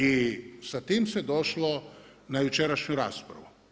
I sa tim se došlo na jučerašnju raspravu.